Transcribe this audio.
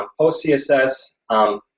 post-CSS